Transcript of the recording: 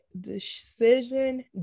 decision